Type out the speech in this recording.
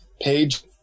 page